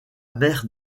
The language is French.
mère